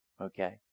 okay